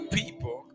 people